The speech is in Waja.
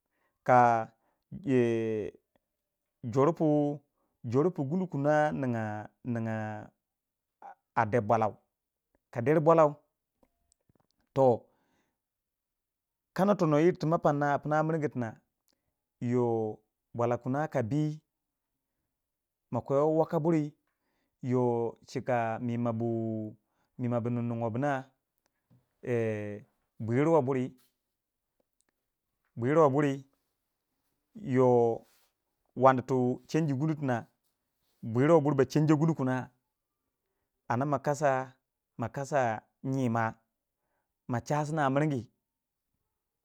ka Yeh jor pujor pu gundu kina ninga ninga a de bwalau ka der bwalau toh kana tono yirri ti ma pannai a pina miringi pina yoh bwala kina ka bii ma kwe waka buri yoh chika mima bu mima bu nim nim bina bwiruwei buri. bwiruwei buri yoh wandi tu chanji gundu kina buruwe buri ba chanji gundu kuna anda ma kasa ma kasa mima ma chasina a miringi.